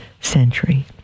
century